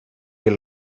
your